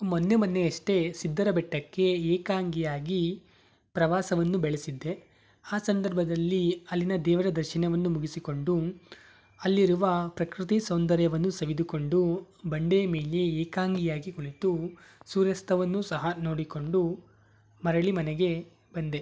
ಮೊನ್ನೆ ಮೊನ್ನೆಯಷ್ಟೇ ಸಿದ್ಧರ ಬೆಟ್ಟಕ್ಕೆ ಏಕಾಂಗಿಯಾಗಿ ಪ್ರವಾಸವನ್ನು ಬೆಳೆಸಿದ್ದೆ ಆ ಸಂದರ್ಭದಲ್ಲಿ ಅಲ್ಲಿನ ದೇವರ ದರ್ಶನವನ್ನು ಮುಗಿಸಿಕೊಂಡು ಅಲ್ಲಿರುವ ಪ್ರಕೃತಿ ಸೌಂದರ್ಯವನ್ನು ಸವಿದುಕೊಂಡು ಬಂಡೆಯ ಮೇಲೆ ಏಕಾಂಗಿಯಾಗಿ ಕುಳಿತು ಸೂರ್ಯಾಸ್ತವನ್ನು ಸಹ ನೋಡಿಕೊಂಡು ಮರಳಿ ಮನೆಗೆ ಬಂದೆ